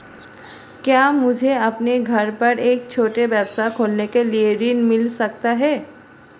क्या मुझे अपने घर पर एक छोटा व्यवसाय खोलने के लिए ऋण मिल सकता है?